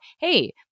hey